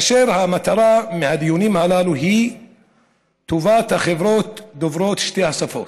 המטרה של הדיונים הללו היא טובת החברות דוברות שתי השפות.